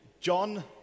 John